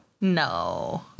no